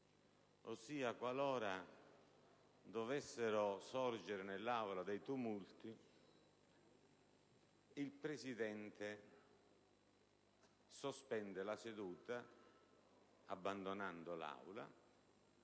tipo: qualora dovessero sorgere in Aula dei tumulti, il Presidente sospende la seduta abbandonando l'Aula,